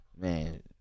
Man